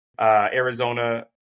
Arizona